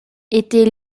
étaient